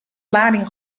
lading